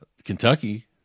Kentucky